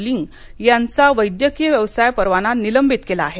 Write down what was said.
लिंग यांचा वैद्यकीय व्यवसाय परवाना निलंबित केला आहे